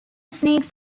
sneaks